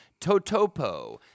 Totopo